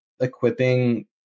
equipping